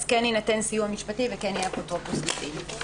אז כן יינתן סיוע משפטי וכן יהיה אפוטרופוס לדין.